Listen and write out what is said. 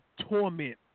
torment